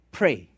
pray